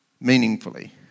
meaningfully